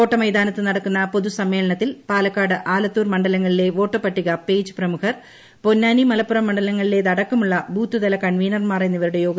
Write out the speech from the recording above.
കോട്ടമൈതാനത്തു നടക്കുന്ന പൊതുസമ്മേളനത്തിൽ പാലക്കാട് ആലത്തൂർ മണ്ഡലങ്ങളിലെ വോട്ടർ പട്ടിക പേജ് പ്രമുഖർ പൊന്നാനി മലപ്പുറം മണ്ഡലങ്ങളിലേതടക്കമുള്ള ബൂത്തുതല കൺവീനർമാർ എന്നിവരുടെ യോഗത്തിലും അദ്ദേഹം പങ്കെടുക്കും